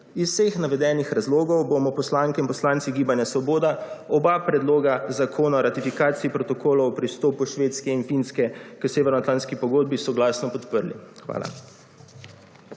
Iz vseh navedenih razlogov bomo poslanke in poslanci Gibanja Svoboda oba Predloga Zakona o ratifikaciji protokolov o pristopu Švedske in Finske k Severnoatlantski pogodbi soglasno podprli. Hvala.